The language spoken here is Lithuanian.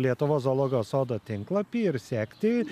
lietuvos zoologijos sodo tinklapį ir sekti